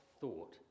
thought